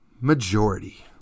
majority